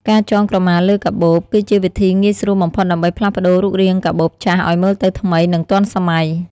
ការចងក្រមាលើកាបូប គឺជាវិធីងាយស្រួលបំផុតដើម្បីផ្លាស់ប្តូររូបរាងកាបូបចាស់ឲ្យមើលទៅថ្មី និងទាន់សម័យ។